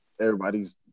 everybody's –